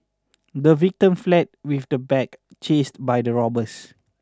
the victim fled with the bag chased by the robbers